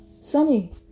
Sunny